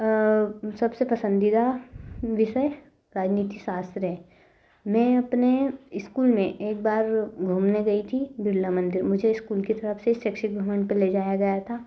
सबसे पसंदीदा विषय राजनीति शास्त्र है मैं अपने स्कूल में एक बार घूमने गई थी बिरला मंदिर मुझे स्कूल की तरफ से शैक्षिक भ्रमण पर ले जाया गया था